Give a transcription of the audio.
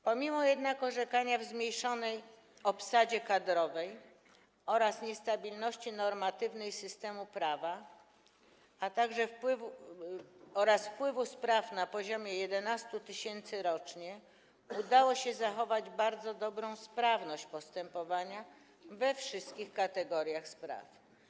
Pomimo jednak orzekania w zmniejszonej obsadzie kadrowej oraz niestabilności normatywnej systemu prawa, oraz wpływu spraw na poziomie 11 tys. rocznie, udało się zachować bardzo dobrą sprawność postępowania we wszystkich kategoriach spraw.